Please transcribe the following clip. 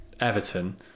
Everton